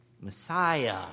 Messiah